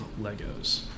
Legos